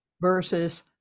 versus